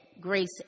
grace